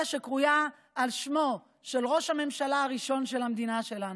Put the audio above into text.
שקרויה על שמו של ראש הממשלה הראשון של המדינה שלנו.